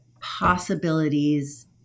possibilities